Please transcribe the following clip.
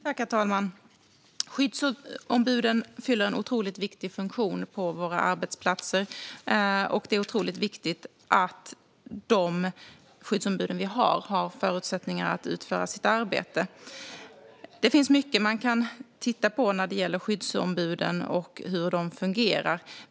Herr talman! Skyddsombuden fyller en otroligt viktig funktion på våra arbetsplatser. Det är otroligt viktigt att skyddsombuden har förutsättningar att utföra sitt arbete. Det finns mycket man kan titta på när det gäller skyddsombuden och hur de fungerar.